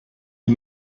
the